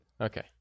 Okay